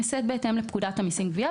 נעשית בהתאם לפקודת המסים גבייה,